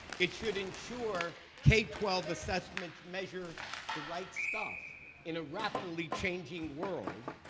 it should ensure k twelve assessments measure the right stuff in a rapidly changing world.